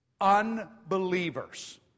unbelievers